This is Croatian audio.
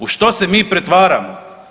U što se mi pretvaramo?